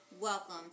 welcome